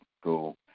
school